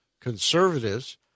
Conservatives